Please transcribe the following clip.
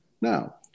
Now